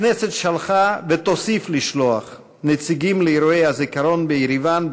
הכנסת שלחה ותוסיף לשלוח נציגים לאירועי הזיכרון בירוואן,